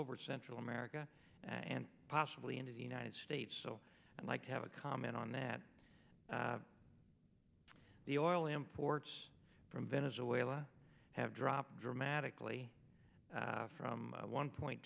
over central america and possibly into the united states so i'd like to have a comment on that the oil imports from venezuela have dropped dramatically from one point